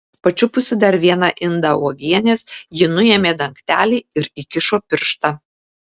pačiupusi dar vieną indą uogienės ji nuėmė dangtelį ir įkišo pirštą